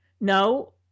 No